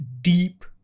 deep